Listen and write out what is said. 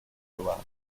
award